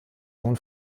sohn